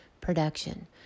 production